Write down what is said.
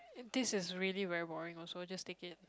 this is really very boring also just take it